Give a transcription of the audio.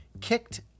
kicked